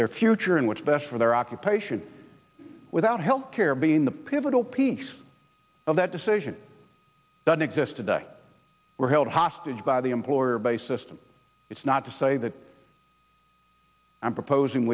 their future and which best for their occupation without healthcare being the pivotal piece of that decision doesn't exist today were held hostage by the employer based system it's not to say that i'm proposing